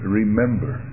remember